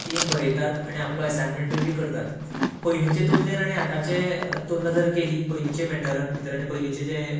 ती बरयतात आनी आपलो ऍसायनमेंटूय करतात पयलीचे तुलनेन आनी आताची जर तुलना केली पयलीचे मॅटरा भितर आनी आताचे जे